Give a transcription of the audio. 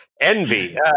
envy